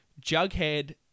Jughead